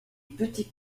petits